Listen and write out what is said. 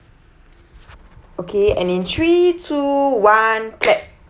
okay and in three two one clap